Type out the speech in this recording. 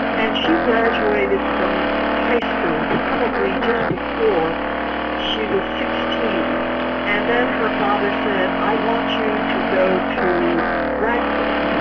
and she graduated from high school probably just before she was sixteen and then her father said, i want you to go to radcliffe,